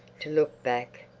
to look back,